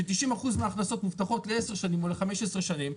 ש-90% מההכנסות נפתחות ל-10 או 15 שנים,